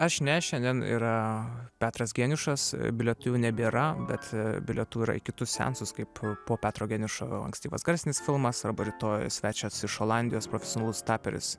aš ne šiandien yra petras geniušas bilietų jau nebėra bet bilietų yra į kitus seansus kaip po petro geniušo ankstyvas garsinis filmas arba rytoj svečias iš olandijos profesionalus taperis